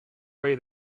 way